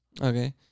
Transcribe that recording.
Okay